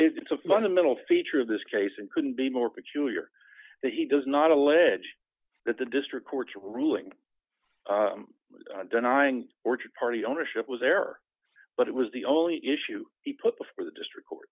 it's a fundamental feature of this case and couldn't be more peculiar that he does not allege that the district court's ruling denying orchard party ownership was error but it was the only issue he put before the district court